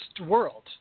world